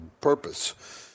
purpose